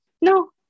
no